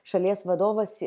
šalies vadovas